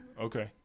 Okay